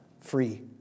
free